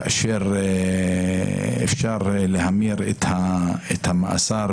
כאשר אפשר להמיר את המאסר